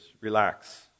Relax